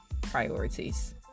priorities